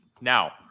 Now